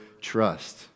trust